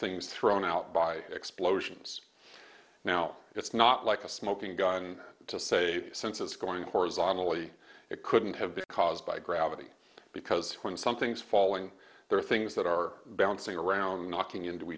things thrown out by explosions now it's not like a smoking gun to say since it's going horizontally it couldn't have been caused by gravity because when something's falling there are things that are bouncing around knocking into